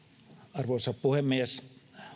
arvoisa puhemies